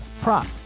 prop